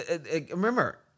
remember